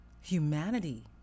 humanity